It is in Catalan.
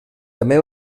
també